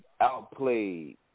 outplayed